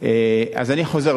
אז אני חוזר.